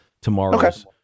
tomorrow's